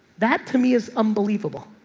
that to me is unbelievable.